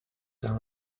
are